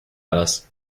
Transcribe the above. alice